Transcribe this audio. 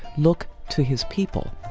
look to his people,